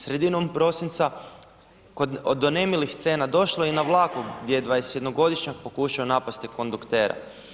Sredinom prosinca do nemilih scena došlo je i na vlaku gdje je 21-godišnjak pokušao napasti konduktera.